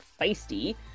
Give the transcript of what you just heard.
feisty